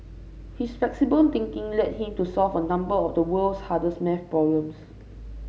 his flexible thinking led him to solve a number of the world's hardest maths problems